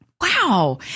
Wow